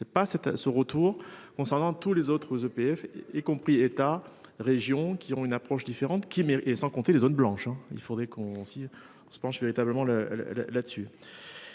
pas cette ce retour concernant tous les autres EPF et compris État régions qui ont une approche différente qui met et sans compter les zones blanches, il faudrait qu'on si on se penche véritablement le là dessus.